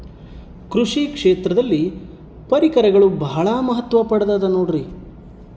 ಕೃಷಿ ಕ್ಷೇತ್ರದಲ್ಲಿ ಪರಿಕರಗಳು ಬಹಳ ಮಹತ್ವ ಪಡೆದ ನೋಡ್ರಿ?